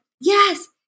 yes